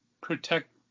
protect